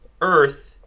Earth